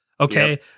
okay